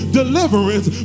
deliverance